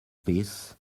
peace